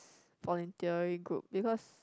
voluntary group because